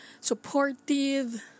supportive